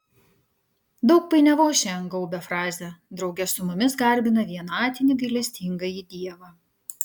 daug painiavos šiandien gaubia frazę drauge su mumis garbina vienatinį gailestingąjį dievą